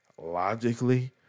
Logically